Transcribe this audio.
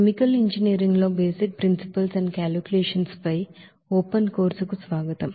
chemical engineering లో basic principles and calculations పై open online కోర్సుకు స్వాగతం